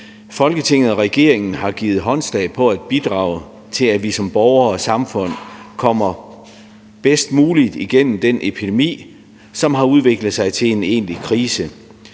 Folketinget og regeringen har givet håndslag på at bidrage til, at vi som borgere og samfund kommer bedst muligt igennem den epidemi, som har udviklet sig til en egentlig krise.